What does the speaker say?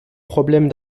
problèmes